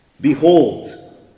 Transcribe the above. Behold